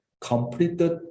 completed